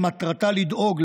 שמטרתה לדאוג,